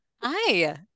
Hi